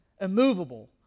immovable